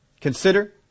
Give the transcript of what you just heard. Consider